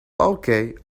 okay